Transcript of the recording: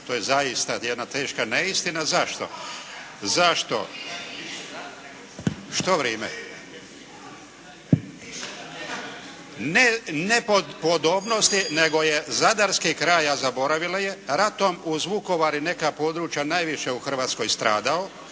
To je zaista jedna teška neistina. Zašto? Zašto? Što vrime? … /Upadica se ne čuje./ … Ne po podobnosti nego je zadarski kraj, a zaboravila je ratom uz Vukovar i neka područja najviše u Hrvatskoj stradao,